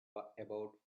about